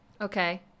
Okay